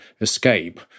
escape